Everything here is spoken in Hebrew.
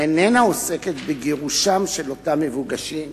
ואיננה עוסקת בגירושם של אותם מבוקשים